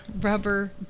rubber